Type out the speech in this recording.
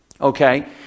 okay